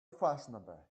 fashionable